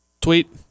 Tweet